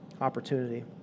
opportunity